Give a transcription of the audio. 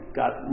got